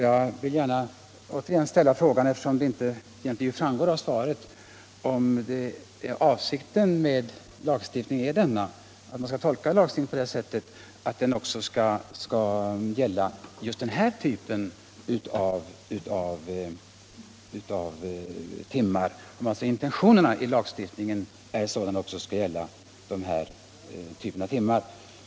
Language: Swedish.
Jag vill gärna återigen ställa frågan, eftersom det inte framgår av svaret, alltså om intentionerna i lagstiftningen är sådana att den också skulle gälla för den här typen av timmar.